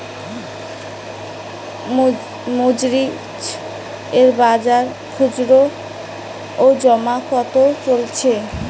মরিচ এর বাজার খুচরো ও জমা কত চলছে?